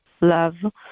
love